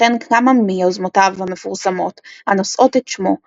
וכן כמה מיוזמותיו המפורסמות הנושאות את שמו,